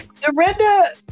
Dorinda